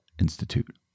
Institute